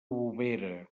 bovera